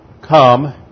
come